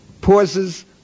Pauses